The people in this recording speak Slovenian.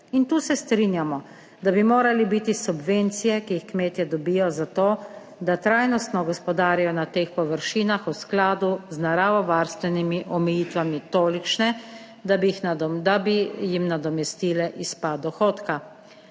in tu se strinjamo, da bi morali biti subvencije, ki jih kmetje dobijo za to, da trajnostno gospodarijo na teh površinah, v skladu z naravovarstvenimi omejitvami, tolikšne, da bi jih, da bi jim nadomestile izpad dohodka.